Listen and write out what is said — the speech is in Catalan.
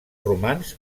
romans